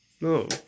No